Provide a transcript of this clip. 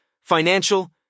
financial